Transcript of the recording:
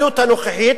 הנוכחית,